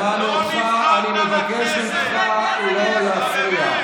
אתה מבין, אני מבקש ממך לא להפריע.